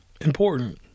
important